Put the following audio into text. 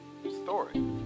story